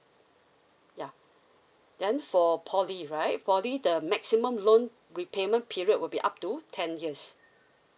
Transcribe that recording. ya then for poly right poly the maximum loan repayment period will be up to ten years